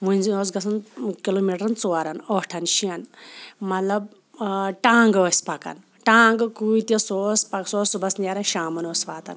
وَنہِ زَن اوس گژھُن کلوٗمیٖٹرَن ژورَن ٲٹھَن شٮ۪ن مطلب ٹانٛگہٕ ٲسۍ پَکان ٹانٛگہٕ کۭتِس اوس پَہ سُہ اوس صُبحَس نیران شامن اوس واتان